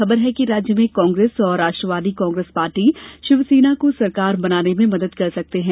खबर है कि राज्य में कांग्रेस और राष्ट्रवादी कांग्रेस पार्टी शिवसेना को सरकार बनाने में मदद कर सकते हैं